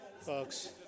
folks